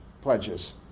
pledges